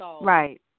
Right